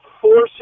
forcing